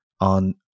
on